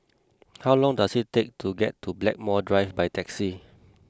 how long does it take to get to Blackmore Drive by taxi